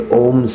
om